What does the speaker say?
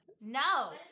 no